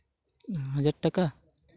ᱦᱟᱡᱟᱨ ᱴᱟᱠᱟ